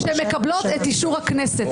משפט אחרון, טלי.